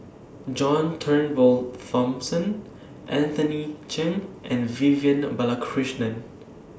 John Turnbull Thomson Anthony Chen and Vivian Balakrishnan